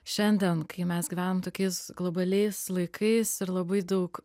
šiandien kai mes gyvenam tokiais globaliais laikais ir labai daug